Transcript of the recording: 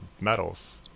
metals